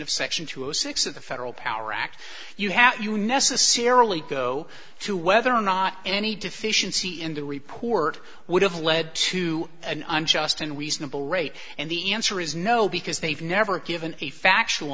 of section two zero six of the federal power act you hat you necessarily go to whether or not any deficiency in the report would have led to an unjust and reasonable rate and the answer is no because they've never given a factual